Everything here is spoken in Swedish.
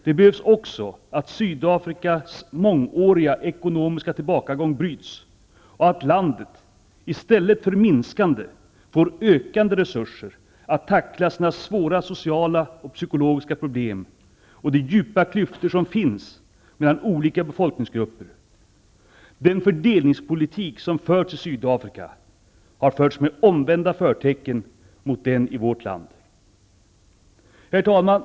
Det behövs också att Sydafrikas mångåriga ekonomiska tillbakagång bryts och att landet -- i stället för minskande -- får ökande resurser att tackla sina svåra sociala och psykologiska problem och minska de djupa klyftor som finns mellan olika befolkningsgrupper. Den fördelningspolitik som förts i Sydafrika har drivits med omvända förtecken i förhållande till fördelningspolitiken i vårt land. Herr talman!